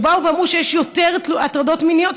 באו ואמרו שיש יותר הטרדות מיניות,